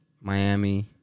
miami